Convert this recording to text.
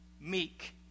meek